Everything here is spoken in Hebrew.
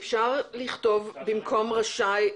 אפשר לכתוב במקום 'רשאי',